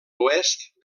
oest